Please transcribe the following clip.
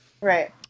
right